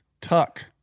Tuck